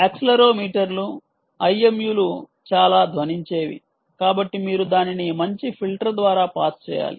యాక్సిలెరోమీటర్లు IMU లు చాలా ధ్వనించేవి కాబట్టి మీరు దానిని మంచి ఫిల్టర్ ద్వారా పాస్ చేయాలి